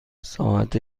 ساعت